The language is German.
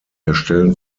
erstellen